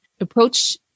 approach